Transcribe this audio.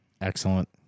Excellent